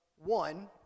one